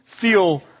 feel